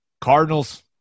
Cardinals